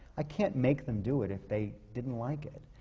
i can't make them do it if they didn't like it.